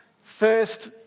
first